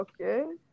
Okay